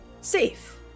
safe